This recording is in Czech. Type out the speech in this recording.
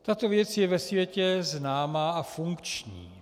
Tato věc je ve světě známá a funkční.